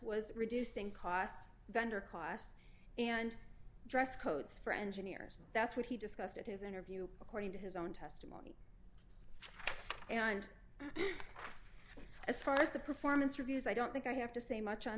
was reducing costs vendor costs and dress codes for engineers that's what he discussed at his interview according to his own testimony and as far as the performance reviews i don't think i have to say much on